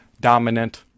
Dominant